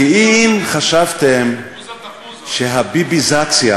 כי אם חשבתם שהביביזציה